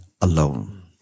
alone